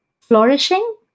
Flourishing